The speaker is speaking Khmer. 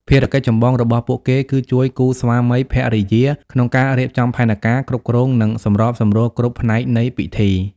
ភារកិច្ចចម្បងរបស់ពួកគេគឺជួយគូស្វាមីភរិយាក្នុងការរៀបចំផែនការ គ្រប់គ្រង និងសម្របសម្រួលគ្រប់ផ្នែកនៃពិធី។